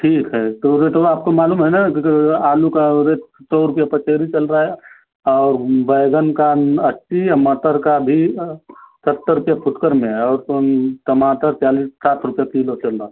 ठीक है तो रेटवा आपको मालूम है ना क्योंकि वही आलू का रेट सौ रुपये पसेरी चल रहा है और बैंगन का अस्सी मटर का भी सत्तर रुपये फुटकर में है और टमाटर चालीस साठ रुपये किलो चल रहा